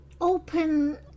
open